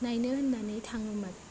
नायनो होननानै थाङोमोन